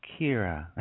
Kira